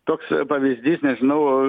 toks pavyzdys nežinau